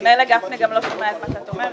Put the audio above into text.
ענייניות ולא קיבלנו מענה.